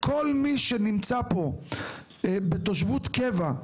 כל מי שנמצא פה בתושבות קבע,